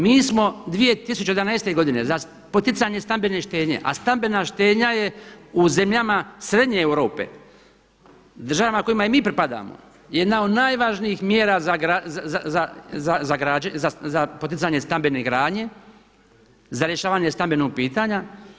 Mi smo 2011. godine za poticanje stambene štednje, a stambena štednja je u zemljama Srednje Europe, državama kojima i mi pripadamo jedna od najvažnijih mjera za poticanje stambene gradnje, za rješavanje stambenog pitanja.